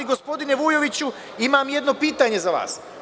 Gospodine Vujoviću, imam jedno pitanje za vas.